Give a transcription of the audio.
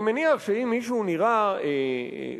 אני מניח שאם מישהו נראה אשכנזי,